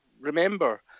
remember